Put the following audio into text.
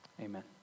Amen